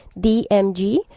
dmg